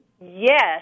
Yes